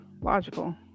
logical